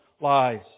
lies